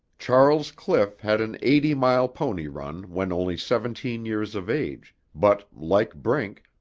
charles cliff had an eighty-mile pony run when only seventeen years of age, but, like brink,